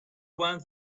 one